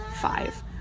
five